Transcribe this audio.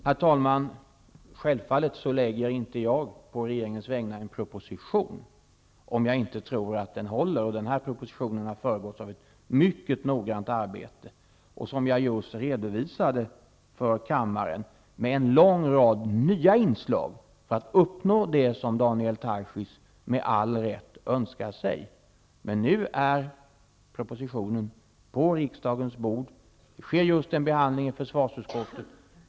Herr talman! Självfallet lägger inte jag på regeringens vägnar fram en proposition om jag inte tror att den håller. Den här propositionen har föregåtts av ett mycket noggrant arbete, som jag just redovisat för kammaren, med en lång rad nya inslag för att uppnå det Daniel Tarschys med all rätt önskar sig. Men nu är propositionen på riksdagens bord. Det sker en behandling i försvarsutskottet.